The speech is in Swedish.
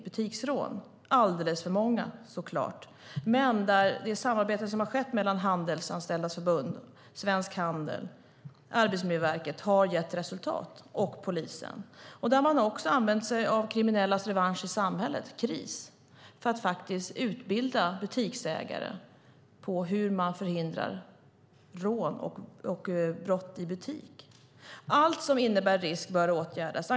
Det är så klart alldeles för många, men det samarbete som har skett mellan Handelsanställdas förbund, Svensk Handel, Arbetsmiljöverket och polisen har gett resultat. Man har också använt sig av Kriminellas revansch i samhället, Kris, för att utbilda butiksägare i hur man förhindrar rån och brott i butik. Allt som innebär en risk bör åtgärdas.